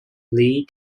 lee